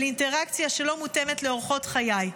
של אינטראקציה שלא מותאמת לאורחות חיי.